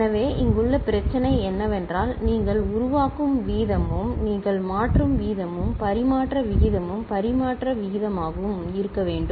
எனவே இங்குள்ள பிரச்சினை என்னவென்றால் நீங்கள் உருவாக்கும் வீதமும் நீங்கள் மாற்றும் வீதமும் பரிமாற்ற விகிதமும் பரிமாற்ற விகிதமாகும்இருக்க வேண்டும்